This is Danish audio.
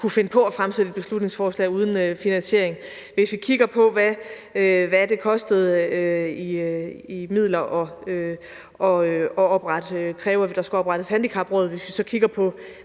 kunne finde på at fremsætte et beslutningsforslag uden finansiering. Vi kan kigge på, hvad det kostede i midler at kræve, at der skulle oprettes handicapråd. Vi kan så kigge på,